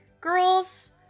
girls